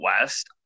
west